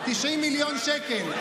90 מיליון שקל?